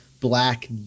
black